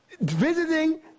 visiting